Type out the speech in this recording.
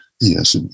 Yes